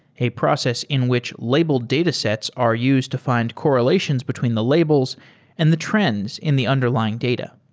a process in which labeled datasets are used to fi nd correlations between the labels and the trends in the underlying data.